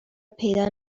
پیدا